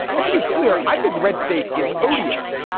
and to be clear i think red state is odious.